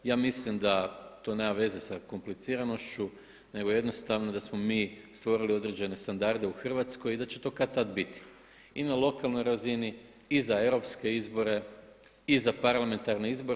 Ja mislim da to nema veze sa kompliciranošću, nego jednostavno da smo mi stvorili određene standarde u Hrvatskoj i da će to kad-tad biti i na lokalnoj razini i za europske izbore i za parlamentarne izbore.